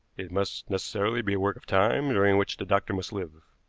it must necessarily be a work of time, during which the doctor must live.